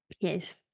yes